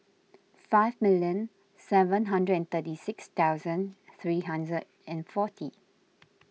five million seven hundred and thirty six thousand three hundred and forty